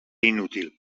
inútil